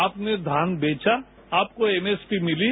आपने धान बेचा आपको एमएसपी मिली